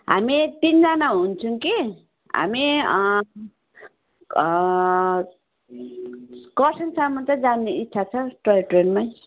हामी तिनजना हुन्छौँ कि हामी खरसाङसम्म चाहिँ जाने इच्छा छ टोय ट्रेनमै